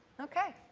okay.